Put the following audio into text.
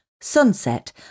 Sunset